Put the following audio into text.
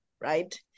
right